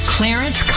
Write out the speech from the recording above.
Clarence